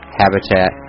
habitat